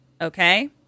Okay